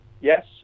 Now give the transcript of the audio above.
Yes